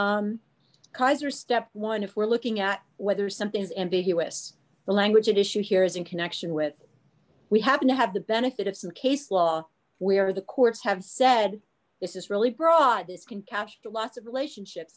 or step one if we're looking at whether something is ambiguous the language issue here is in connection with we happen to have the benefit of some case law where the courts have said this is really broad this can catch lots of relationship